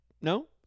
No